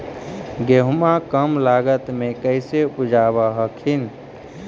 गेहुमा कम लागत मे कैसे उपजाब हखिन?